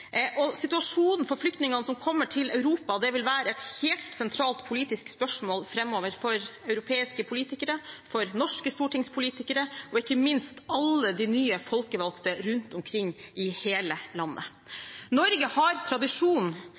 av. Situasjonen for flyktningene som kommer til Europa, vil være et helt sentralt politisk spørsmål framover for europeiske politikere, for norske stortingspolitikere og ikke minst for alle de nye folkevalgte rundt omkring i hele landet. Norge har tradisjon